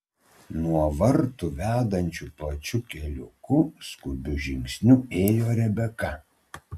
nuo vartų vedančiu plačiu keliuku skubiu žingsniu ėjo rebeka